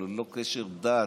ללא קשר לדת,